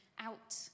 out